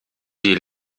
die